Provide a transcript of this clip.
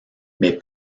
mais